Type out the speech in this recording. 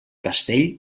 castell